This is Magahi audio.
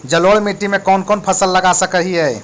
जलोढ़ मिट्टी में कौन कौन फसल लगा सक हिय?